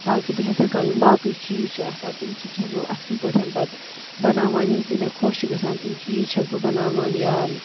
تاکہِ بہٕ چھَس ہٮ۪کان یِم باقٕے چیٖز چھِ آسان تِم چھِ چھَس بہٕ اَصٕل پٲٹھۍ پَتہٕ بناوان یِم تہِ مےٚ خۄش چھِ گژھان تِم چیٖز چھَس بہٕ بناوان یا